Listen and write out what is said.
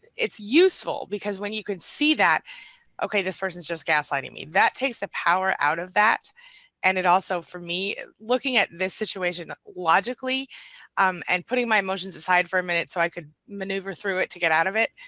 it's useful because when you can see that okay this person's just gaslighting me, that takes the power out of that and it also for me looking at this situation logically um and putting my emotions aside for a minute so i could maneuver through it to get out of it,